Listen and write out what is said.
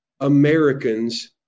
Americans